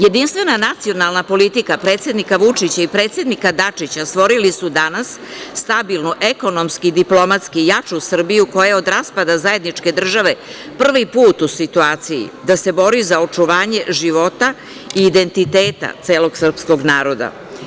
Jedinstvena nacionalna politika predsednika Vučića i predsednika Dačića stvorili su danas stabilno ekonomski i diplomatski jaču Srbiju koja je, od raspada zajedničke države, prvi put u situaciji da se bori za očuvanje života, identiteta celog srpskog naroda.